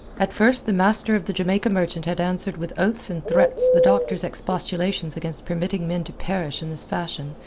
at first the master of the jamaica merchant had answered with oaths and threats the doctor's expostulations against permitting men to perish in this fashion,